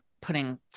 putting